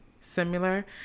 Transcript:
similar